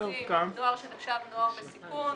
לנוער בסיכון.